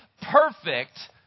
perfect